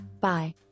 Bye